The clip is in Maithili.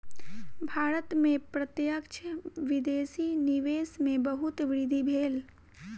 भारत में प्रत्यक्ष विदेशी निवेश में बहुत वृद्धि भेल